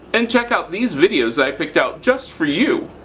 and check out these videos that i picked out just for you.